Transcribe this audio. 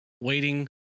waiting